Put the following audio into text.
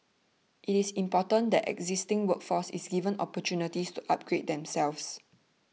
it is important that the existing workforce is given opportunities to upgrade themselves